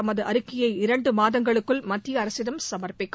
தமது அறிக்கையை இரண்டு மாதங்களுக்குள் மத்திய அரசிடம் சமர்ப்பிக்கும்